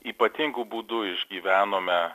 ypatingu būdu išgyvenome